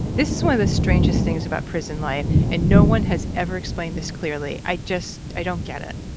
this is one of the strangest things about prison life, and no one has ever explained this clearly. i just, i don't get it